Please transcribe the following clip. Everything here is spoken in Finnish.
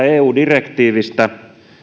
eu direktiivistä